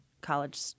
college